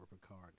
Picard